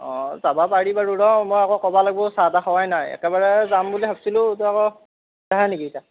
অঁ যাবা পাৰি বাৰু ৰহ মই আকৌ কবা লাগবো চাহ তাহ খাৱাই নাই একেবাৰে যাম বুলি ভাবছিলোঁ তই আকৌ নাহা নেকি ইতা